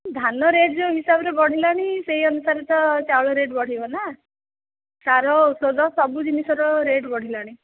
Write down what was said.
ଧାନ ରେଟ୍ ଯେଉଁ ହିସାବରେ ବଢ଼ିଲାଣି ସେହି ଅନୁସାରେ ତ ଚାଉଳ ରେଟ୍ ବଢ଼ିବ ନା ସାର ଔଷଧ ସବୁ ଜିନିଷର ରେଟ୍ ବଢ଼ିଲାଣି